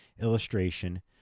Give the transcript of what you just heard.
illustration